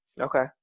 Okay